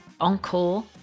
encore